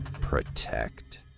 Protect